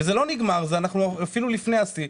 זה לא נגמר ואנחנו אפילו לפני השיא.